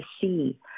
see